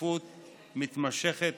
ברציפות מתמשכת,